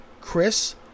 Chris